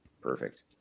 Perfect